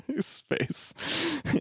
space